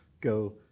go